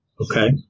Okay